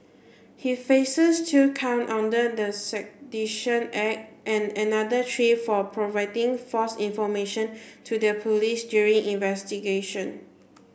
he faces two count under the Sedition Act and another tree for providing false information to their police during investigation